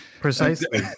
Precisely